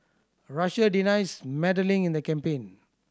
Russia denies meddling in the campaign